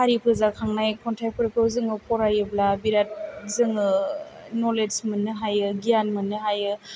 हारि फोजाखांनाय खन्थाइफोरखौ जोङो फरायोब्ला बिराद जोङो नलेज मोननो हायो गियान मोननो हायो